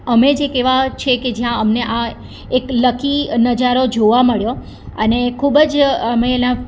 અમે જ એક એવા છીએ કે જ્યાં અમને આ એક લકી નજારો જોવા મળ્યો અને ખૂબ જ અમે એના